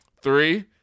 Three